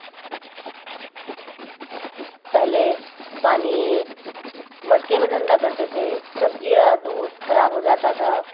पहले पानी मटके में ठण्डा करते थे सब्ज़ियाँ दूध खराब हो जाता था